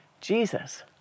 Jesus